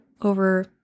over